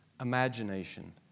imagination